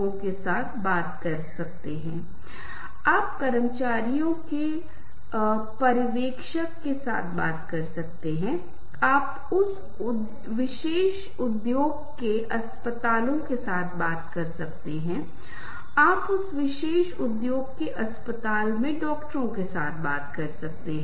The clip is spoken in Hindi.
उदाहरण के लिए कहूं मुझे बहुत कठिनाई होती है जब आप देखते हैं कि पुराने फिल्मी गानों की धुनों पर बाजे बजाए जाते हैं क्योंकि कभी कभी पुराने भजन इन दिनों होते हैं कुछ लोग इसे रूपांतरित करते हैं या इसे बजाते हैं धुन या फिल्मी धुनों की धुन एक विशेष सांस्कृतिक संघ की वजह से विवाद होती है कि यह एक फिल्मी गाने की धुन है और इसका उपयोग भजन बजाने या भजन गाने के लिए किया जा रहा है